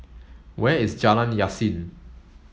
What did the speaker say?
where is Jalan Yasin